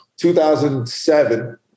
2007